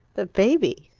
the baby?